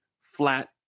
flat